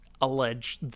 allege